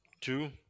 Two